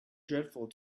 dreadful